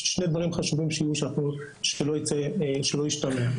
אבל שני דברים חשוב שיהיו: שלא ישתמע,